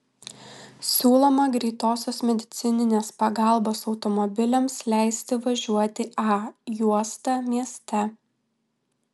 siūloma greitosios medicininės pagalbos automobiliams leisti važiuoti a juosta mieste